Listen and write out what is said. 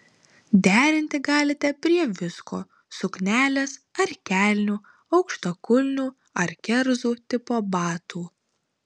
derinti galite prie visko suknelės ar kelnių aukštakulnių ar kerzų tipo batų